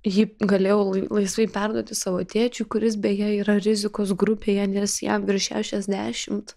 jį galėjau lai laisvai perduoti savo tėčiui kuris beje yra rizikos grupėje nes jam virš šešiasdešimt